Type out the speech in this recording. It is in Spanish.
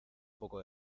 poco